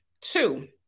Two